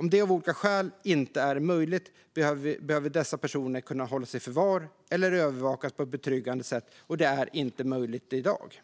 Om det av olika skäl inte är möjligt behöver dessa personer kunna hållas i förvar eller övervakas på ett betryggande sätt. Det är inte möjligt i dag.